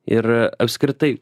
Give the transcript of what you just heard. ir apskritai